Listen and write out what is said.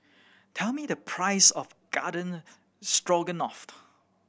tell me the price of Garden Stroganoff